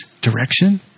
direction